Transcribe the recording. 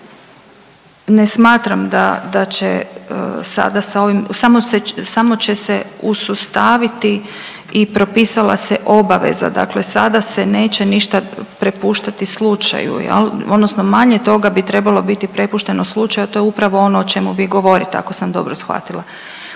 ne smatram da, da će sada sa ovim, samo će se usustaviti i propisala se obaveza dakle sada se neće ništa prepuštati slučaju jel odnosno manje toga bi trebalo biti prepušteno slučaju, a to je upravo ono o čemu vi govorite ako sam dobro shvatila